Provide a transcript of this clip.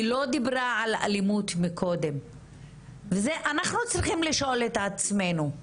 היא לא דיברה על אלימות מקודם וזה אנחנו צריכים לשאול את עצמנו,